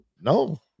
No